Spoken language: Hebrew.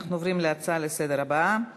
אנחנו עוברים להצעה הבאה לסדר-היום: